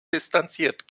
distanziert